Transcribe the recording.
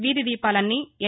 వీధి దీపాలన్నీ ఎల్